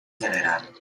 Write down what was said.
general